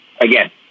again